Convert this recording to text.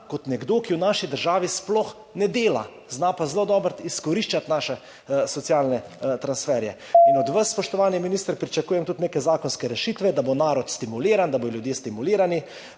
kot nekdo, ki v naši državi sploh ne dela, zna pa zelo dobro izkoriščati naše socialne transferje. Od vas, spoštovani minister, pričakujem tudi neke zakonske rešitve, da bo narod stimuliran, da bodo ljudje stimulirani.